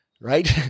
right